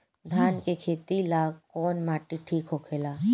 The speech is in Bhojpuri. धान के खेती ला कौन माटी ठीक होखेला?